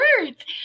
words